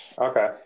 Okay